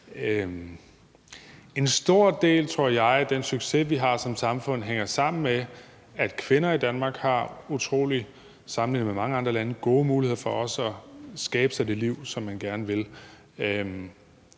en stor del, tror jeg, af den succes, vi har som samfund, hænger sammen med, at kvinder i Danmark, sammenlignet med mange andre lande, har utrolig gode muligheder for også at skabe sig det liv, som man gerne vil.